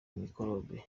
mikorobe